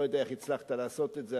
לא יודע איך הצלחת לעשות את זה,